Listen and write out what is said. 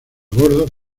bordo